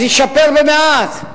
זה ישפר במעט,